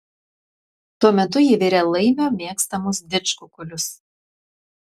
tuo metu ji virė laimio mėgstamus didžkukulius